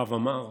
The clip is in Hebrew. הרב עמאר,